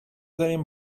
داریم